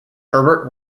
herbert